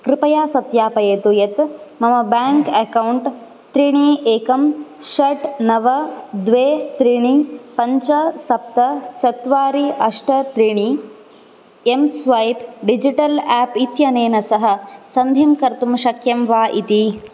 कृपया सत्यापयतु यत् मम बेङ्क् अक्कौण्ट् त्रीणि एकं षट् नव द्वे त्रीणि पञ्च सप्त चत्वारि अष्ट त्रीणि एम् स्वैप् डिजिटल् आप् इत्यनेन सह सन्धिं कर्तुं शक्यं वा इति